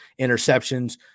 interceptions